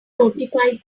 notified